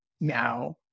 now